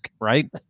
right